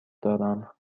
دارم